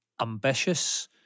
ambitious